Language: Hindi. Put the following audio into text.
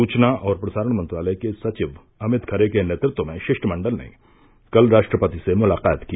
सूचना और प्रसारण मंत्रालय के सचिव अमित खरे के नेतृत्व में शिष्टमंडल ने कल राष्ट्रपति से मुलाकात की